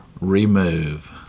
Remove